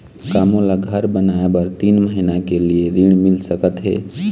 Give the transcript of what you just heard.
का मोला घर बनाए बर तीन महीना के लिए ऋण मिल सकत हे?